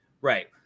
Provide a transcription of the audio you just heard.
Right